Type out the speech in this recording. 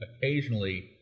occasionally